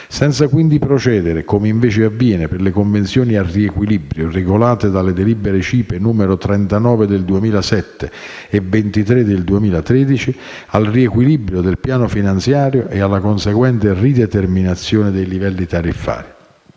senza quindi procedere - come invece avviene per le convenzioni a riequilibrio regolate dalle delibere CIPE n. 39 del 2007 e n. 23 del 2013 - al riequilibrio del piano finanziario e alla conseguente rideterminazione dei livelli tariffari.